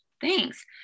Thanks